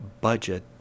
budget